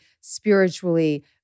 spiritually